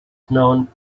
known